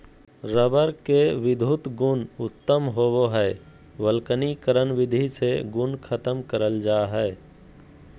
rubber के विधुत गुण उत्तम होवो हय वल्कनीकरण विधि से गुण खत्म करल जा हय